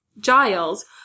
Giles